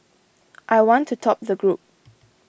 I want to top the group